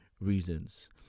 reasons